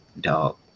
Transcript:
dog